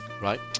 Right